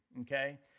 Okay